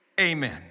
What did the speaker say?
Amen